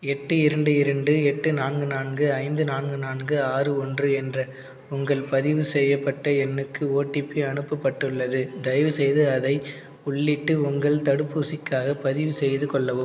எட்டு இரண்டு இரண்டு எட்டு நான்கு நான்கு ஐந்து நான்கு நான்கு ஆறு ஒன்று என்ற உங்கள் பதிவு செய்யப்பட்ட எண்ணுக்கு ஓடிபி அனுப்பப்பட்டுள்ளது தயவுசெய்து அதை உள்ளிட்டு உங்கள் தடுப்பூசிக்காகப் பதிவுசெய்து கொள்ளவும்